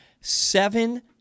Seven